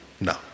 No